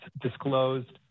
disclosed